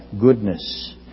Goodness